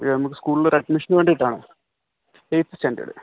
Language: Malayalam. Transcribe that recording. ഇത് നമുക്ക് സ്കൂളിൽ ഒരു അഡ്മിഷന് വേണ്ടീട്ട് ആണ് എയിറ്റ്ത്ത് സ്റ്റാൻഡേർഡ്